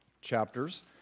chapters